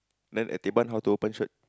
then at teban how to open shirt